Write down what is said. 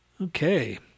Okay